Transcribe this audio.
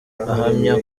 ahamya